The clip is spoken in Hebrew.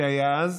שהיה אז.